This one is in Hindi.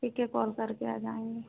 ठीक है कॉल करके आ जाएँगे